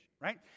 Right